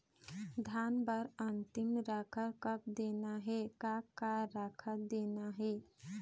धान बर अन्तिम राखर कब देना हे, का का राखर देना हे?